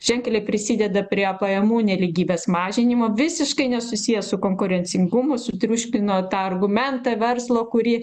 ženkliai prisideda prie pajamų nelygybės mažinimo visiškai nesusijęs su konkurencingumu sutriuškino tą argumentą verslo kurį